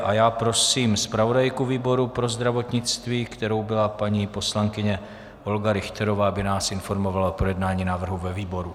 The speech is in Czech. A já prosím zpravodajku výboru pro zdravotnictví, kterou byla paní poslankyně Olga Richterová, aby nás informovala o projednání návrhu ve výboru.